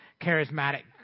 charismatic